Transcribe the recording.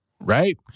right